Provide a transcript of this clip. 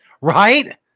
right